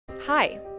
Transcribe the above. Hi